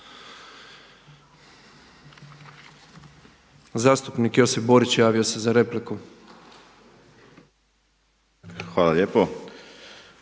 Zastupnik Josip Borić javio se za repliku. **Borić,